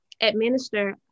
administer